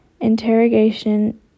interrogation